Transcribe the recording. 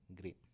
Green